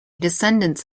descendants